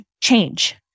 change